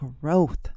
growth